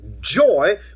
joy